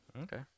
okay